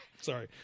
Sorry